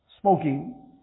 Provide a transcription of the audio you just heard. smoking